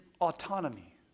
autonomy